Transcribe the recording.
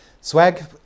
swag